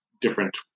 different